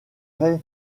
ray